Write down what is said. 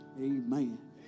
Amen